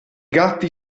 gatti